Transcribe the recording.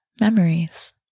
memories